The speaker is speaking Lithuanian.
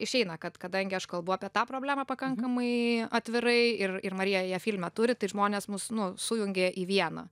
išeina kad kadangi aš kalbu apie tą problemą pakankamai atvirai ir ir marija ją filme turi tai žmonės mus nu sujungė į vieną